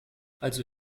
also